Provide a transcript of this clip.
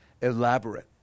elaborate